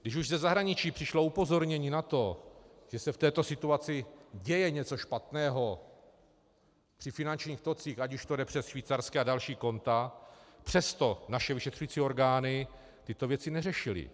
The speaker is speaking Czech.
Když už ze zahraničí přišlo upozornění na to, že se v této situaci děje něco špatného při finančních tocích, ať už to jde přes švýcarská a další konta, přesto naše vyšetřující orgány tyto věci neřešily.